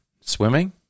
swimming